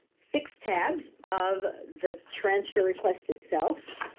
six tabs of the transfer request itself,